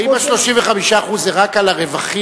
האם ה-35% זה רק על הרווחים?